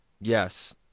Yes